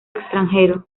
extranjero